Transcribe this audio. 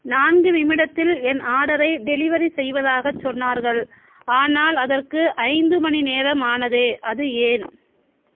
நான்கு நிமிடத்தில் என் ஆர்டரை டெலிவரி செய்வதாகச் சொன்னார்கள் ஆனால் அதற்கு ஐந்து மணிநேரம் ஆனதே அது ஏன்